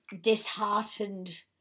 disheartened